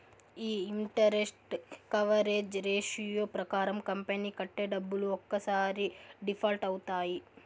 ఈ interest coverage ratio ప్రకారం company కట్టే డబ్బులు ఒక్కసారి డిఫాల్ట్ అవుతాయి